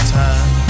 time